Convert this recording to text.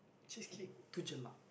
cheesecake too jelak